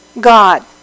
God